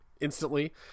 instantly